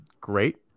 great